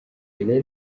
elle